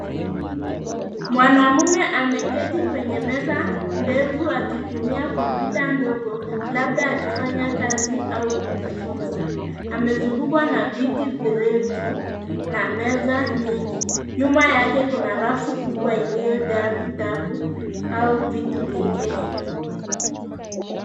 Mwanamume ameketi kwenye meza ndefu akitumia kompyuta ndogo labda akifanya kazi au kujifunza. Amezungukwa na viti virefu na meza nyingi. Nyuma yake kuna rafu kubwa iliyojaa vitabu au vitu vingine.